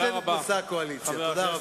שיחידה קטנה של 300 איש ביצעה תקציב של שנה,